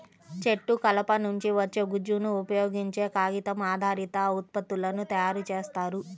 చెట్టు కలప నుంచి వచ్చే గుజ్జును ఉపయోగించే కాగితం ఆధారిత ఉత్పత్తులను తయారు చేస్తారు